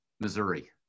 Missouri